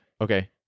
Okay